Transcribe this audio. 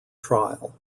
trial